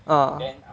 ah